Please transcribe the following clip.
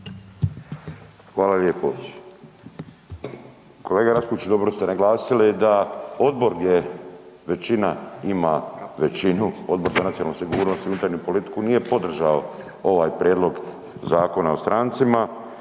Hvala lijepo. Kolega Raspudić dobro ste naglasili da odbor je većina ima većinu, Odbor za nacionalnu sigurnost i unutarnju politiku nije podržao ovaj prijedlog Zakona o strancima